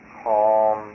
calm